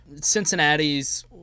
Cincinnati's